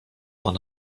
man